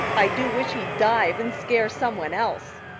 i do wish he'd dive and scare some one else.